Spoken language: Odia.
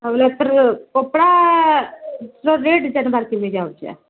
ଆମେ ଏଥର କପଡ଼ାର ରେଟ୍ ଜାଣିବାର ପାଇଁ ଯାଉଛି